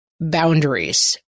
boundaries